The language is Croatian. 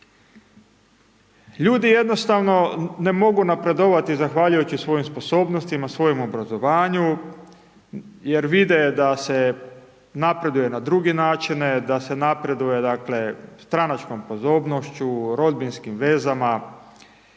Ljudi jednostavno ne mogu napredovati svojim sposobnostima, svojem obrazovanju jer vide da se napreduje na druge načine, da se napreduje dakle stranačkom podobnošću, rodbinskim vezama,